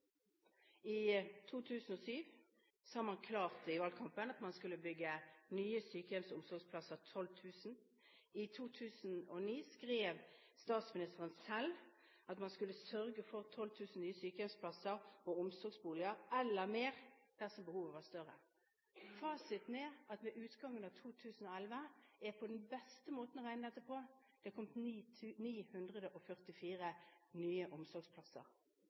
I 2007 sa man klart i valgkampen at man skulle bygge nye sykehjems- og omsorgsplasser – 12 000. I 2009 skrev statsministeren selv at man skulle sørge for 12 000 nye sykehjemsplasser og omsorgsboliger, eller mer dersom behovet var større. Fasiten er at ved utgangen av 2011 har det kommet, ifølge den beste måten å regne dette på, 944 nye omsorgsplasser – på det